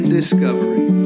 discovery